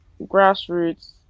grassroots